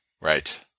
Right